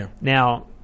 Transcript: Now